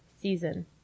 season